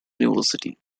university